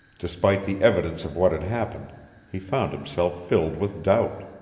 despite the evidence of what had happened he found himself filled with doubt.